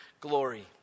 glory